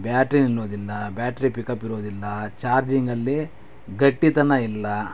battery ನಿಲ್ಲೋದಿಲ್ಲ battery pickup ಇರೋದಿಲ್ಲ charging ಅಲ್ಲಿ ಗಟ್ಟಿತನ ಇಲ್ಲ